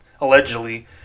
allegedly